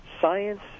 science